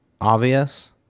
obvious